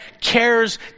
cares